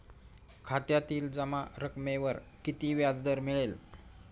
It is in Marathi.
खात्यातील जमा रकमेवर किती व्याजदर मिळेल?